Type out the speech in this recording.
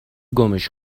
گمش